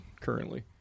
currently